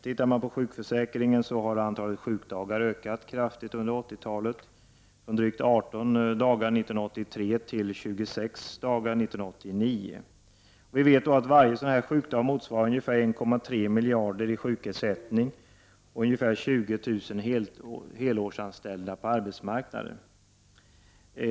Tittar man på sjukförsäkringen ser man att antalet sjukdagar har ökat kraftigt under 80-talet, från drygt 18 dagar 1983 till 26 dagar 1989. Varje sjukdag motsvarar ungefär 1,3 miljarder i sjukersättning och ungefär 20000 helårsanställda på arbetsmarknaden.